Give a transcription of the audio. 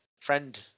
friend